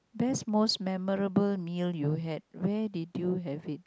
best most memorable meal you had where did you have it